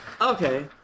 Okay